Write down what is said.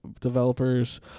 developers